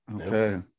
Okay